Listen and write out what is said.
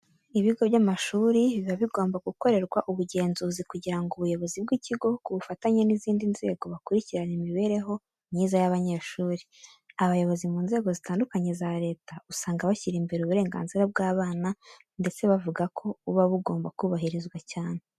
Ibigo by'amashuri biba bigomba gukorerwa ubugenzuzi kugira ngo ubuyobozi bw'ikigo ku bufatanye n'izindi nzego bakurikirane imibereho myiza y'abanyeshuri. Abayobozi mu nzego zitandukanye za leta usanga bashyira imbere uburenganzira bw'abana ndetse bavuga ko buba bugomba kubahirizwa cyane.